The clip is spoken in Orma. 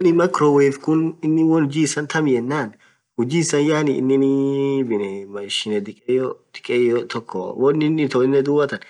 Microwave inn huji isan thamii yenen. huji isaan yaani inin machine dhikeyo tokko wonin ithone dhuathan